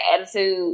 attitude